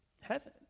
heaven